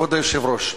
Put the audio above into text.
כבוד היושב-ראש,